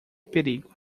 perigo